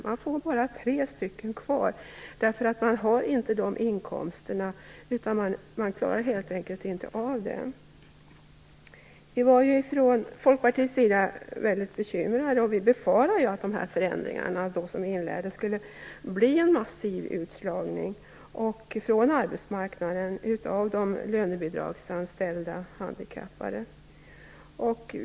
Man får bara 3 stycken kvar. Man har inte inkomsterna, och man klarar helt enkelt inte av det. Från Folkpartiets sida har vi varit väldigt bekymrade, och vi befarade att de här förändringarna skulle leda till en massiv utslagning från arbetsmarknaden av de lönebidragsanställda handikappade.